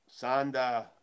Sanda